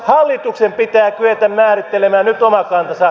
hallituksen pitää kyetä määrittelemään nyt oma kantansa